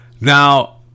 Now